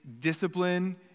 discipline